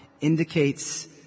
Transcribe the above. indicates